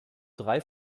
drei